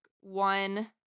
one